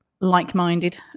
like-minded